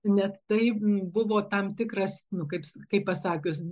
net taip buvo tam tikras nu kaip kaip pasakius